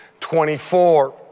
24